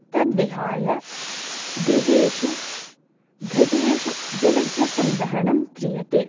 तद्विहाय गृहेषु घटेषु जलस्य सङ्ग्रहणं क्रियते